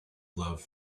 love